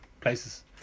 places